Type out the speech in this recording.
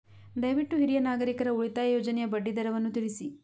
ದಯವಿಟ್ಟು ಹಿರಿಯ ನಾಗರಿಕರ ಉಳಿತಾಯ ಯೋಜನೆಯ ಬಡ್ಡಿ ದರವನ್ನು ತಿಳಿಸಿ